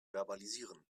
verbalisieren